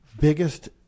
biggest